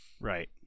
Right